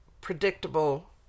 predictable